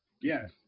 Yes